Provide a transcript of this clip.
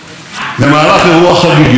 במהלך אירוע חגיגי,